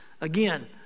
Again